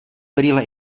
brýle